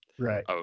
Right